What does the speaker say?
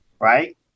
Right